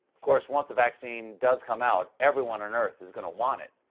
of course once a vaccine does come out everyone on earth is going to want it.